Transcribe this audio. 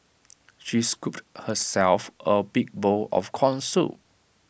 she scooped herself A big bowl of Corn Soup